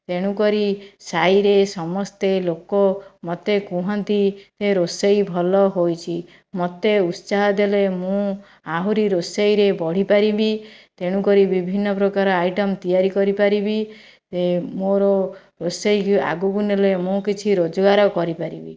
ତେଣୁକରି ସାହିରେ ସମସ୍ତେ ଲୋକ ମୋତେ କୁହନ୍ତି ଏ ରୋଷେଇ ଭଲ ହୋଇଛି ମୋତେ ଉତ୍ସାହ ଦେଲେ ମୁଁ ଆହୁରି ରୋଷେଇରେ ବଢ଼ିପାରିବି ତେଣୁ କରି ବିଭିନ୍ନପ୍ରକାର ଆଇଟମ୍ ତିଆରି କରିପାରିବି ମୋର ରୋଷେଇକୁ ଆଗକୁ ନେଲେ ମୁଁ କିଛି ରୋଜଗାର କରିପାରିବି